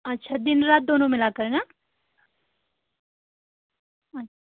अच्छा दिन रात दोनों मिलाकर ना अच्छा